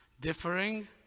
differing